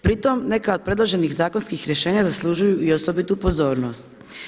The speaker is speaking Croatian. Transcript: Pritom neka od predloženih zakonskih rješenja zaslužuju i osobitu pozornost.